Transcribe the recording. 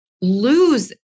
lose